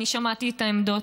אני שמעתי את העמדות.